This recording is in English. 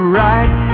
right